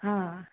ಹಾಂ